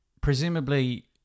presumably